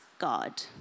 god